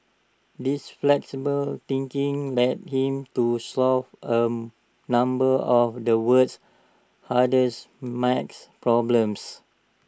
this flexible thinking led him to solve A number of the world's hardest math problems